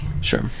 Sure